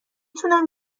تونم